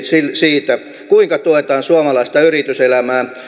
siitä kuinka tuetaan suomalaista yrityselämää